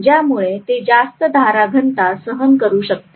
ज्यामुळे ते जास्त धारा घनता सहन करू शकते